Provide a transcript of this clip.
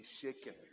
shaken